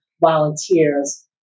volunteers